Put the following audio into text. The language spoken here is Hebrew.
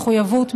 מחויבות,